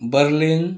Berlin